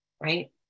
right